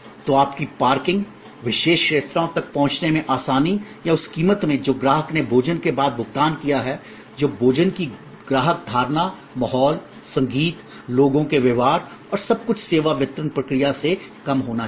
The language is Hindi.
तो आपकी पार्किंग विशेष रेस्तरां तक पहुंचने में आसानी या उस कीमत में जो ग्राहक ने भोजन के बाद भुगतान किया है जो भोजन की ग्राहक धारणा माहौल संगीत लोगों के व्यवहार और सब कुछ सेवा वितरण प्रक्रिया से कम होना चाहिए